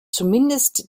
zumindest